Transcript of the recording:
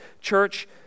Church